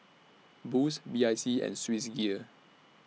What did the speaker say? Boost B I C and Swissgear